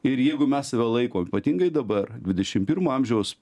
ir jeigu mes save laikom ypatingai dabar dvidešim pirmo amžiaus